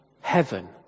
heaven